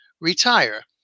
retire